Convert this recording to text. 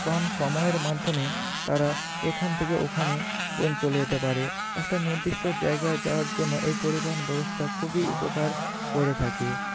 কম সময়ের মাধ্যমে তারা এখান থেকে ওখানে চলে যেতে পারে একটা নির্দিষ্ট জায়গায় যাওয়ার জন্য এই পরিবহন ব্যবস্থা খুবই উপকার করে থাকে